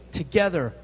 together